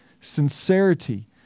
sincerity